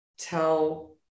tell